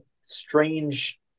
strange